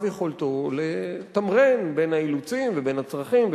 יכולתו לתמרן בין האילוצים ובין הצרכים,